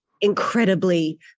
incredibly